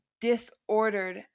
disordered